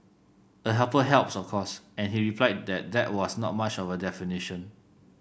a helper helps of course and he replied that that was not much of a definition